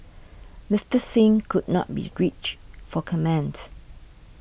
Mister Singh could not be reached for comment